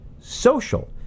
social